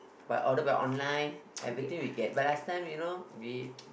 by order by online everything we get but last time you know we